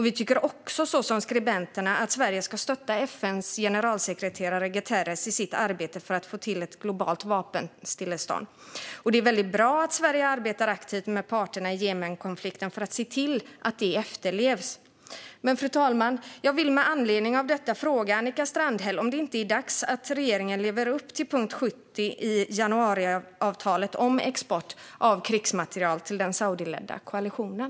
Vi tycker också som skribenterna att Sverige ska stötta FN:s generalsekreterare Guterres i arbetet för att få till ett globalt vapenstillestånd. Det är väldigt bra att Sverige arbetar aktivt med parterna i Jemenkonflikten för att se till att överenskommelser efterlevs. Men, fru talman, jag vill med anledning av detta fråga Annika Strandhäll om det inte är dags att regeringen lever upp till punkt 70 i januariavtalet om export av krigsmateriel till den saudiledda koalitionen.